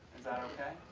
that okay?